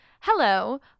Hello